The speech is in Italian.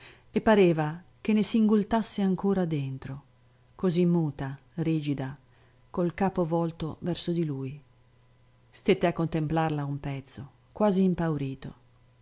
e pareva che ne singultasse ancora dentro così muta rigida col capo volto verso di lui stette a contemplarla un pezzo quasi impaurito